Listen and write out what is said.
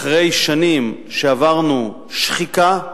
אחרי שנים שעברנו שחיקה.